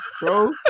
Bro